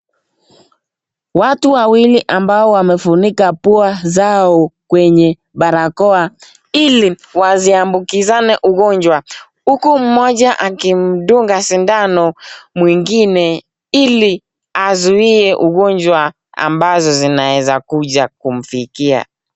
Watu wawili ambao wamefunika pua zao kwenye barakoa hili wasiambukizane ugonjwa . Huku mmoja akidungwa sindano mwingine ili azuie ugojwa ambazo zinaweza kuja kumfikia.